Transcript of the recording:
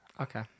Okay